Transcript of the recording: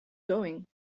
going